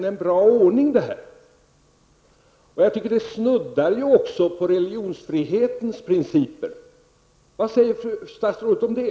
Är den här ordningen verkligen bra? Vi snuddar ju här vid religionsfrihetens principer. Vad säger fru statsrådet?